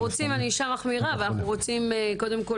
אנחנו רוצים ענישה מחמירה ואנחנו רוצים קודם כל